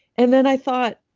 and then i thought,